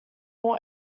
all